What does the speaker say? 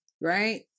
right